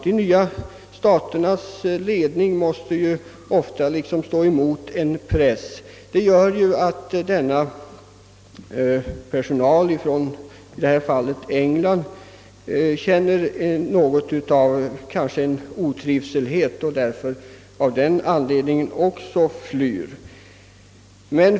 De nya staternas ledningar blir därför ofta utsatta för en press och detta medför att den utländska personalen — i detta fall engelsk — känner en viss otrivsel, som kanske också är en anledning till att den flyttar.